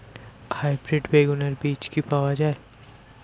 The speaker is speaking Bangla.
হাইব্রিড বেগুনের বীজ কি পাওয়া য়ায়?